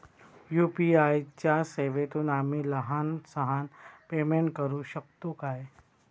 UPI च्या सेवेतून आम्ही लहान सहान पेमेंट करू शकतू काय?